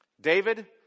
David